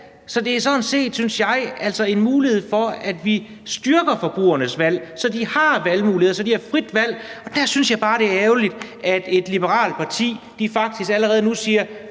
Det er sådan set, synes jeg, en mulighed for, at vi styrker forbrugernes valg, så de har valgmuligheder, og så de har frit valg. Og der synes jeg bare, det er ærgerligt, at et liberalt parti faktisk allerede nu siger: